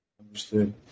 Understood